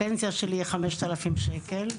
הפנסיה שלי עומדת על כ-5,000 ₪.